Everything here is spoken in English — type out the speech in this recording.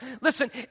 Listen